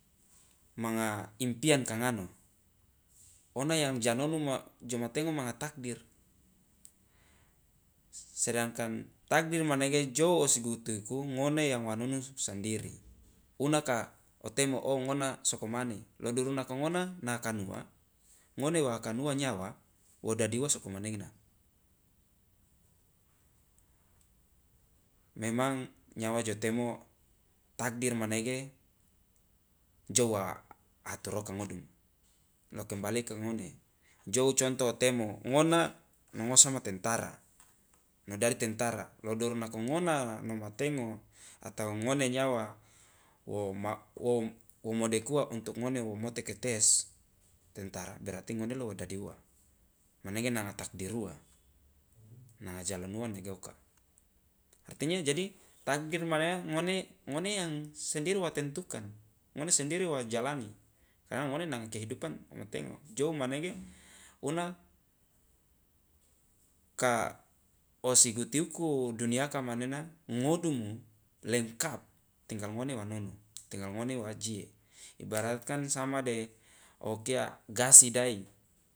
Manga impian kangano ona yang janonu joma tengo manga takdir sedangkan takdir manege jou osgutiuku ngone yang wa nonu sandiri una ka otemo ngona sokomane lo duru nako ngona naakanuwa ngone waakanuwa nyawa wo dadi uwa sokomanena memang nyawa jo temo takdir manege jou aatur oka ngodumu lo kembali ke ngone jou contoh otemo ngona no ngosama tentara no dadi tentara lo duru nako ngona nomatengo atau ngone nyawa wo wo modekuwa untuk ngone wo moteke tes tentara berarti ngone lo wo dadi uwa manege nanga takdir uwa nanga jalan uwa nege oka artinya jadi takdir manena ngone ngone yang sendiri wa tentukan ngone sendiri wa jalani karna ngone nanga kehidupan wo tengo jou manege una ka osi guti uku duniaka manena ngodumu lengkap tinggal ngone wa nonu tinggal ngone wa je ibaratkan sama de gasi dai